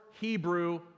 Hebrew